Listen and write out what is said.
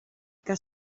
que